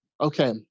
Okay